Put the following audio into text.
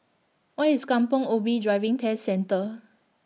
Where IS Kampong Ubi Driving Test Centre